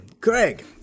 Craig